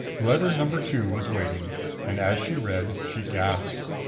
letter number two was waiting and as she read she gasped.